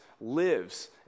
lives